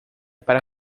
para